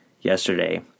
yesterday